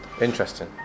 interesting